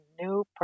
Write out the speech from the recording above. new